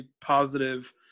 positive